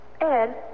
Ed